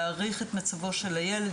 להעריך את מצבו של הילד,